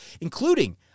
including